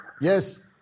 Yes